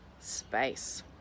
space